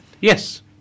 Yes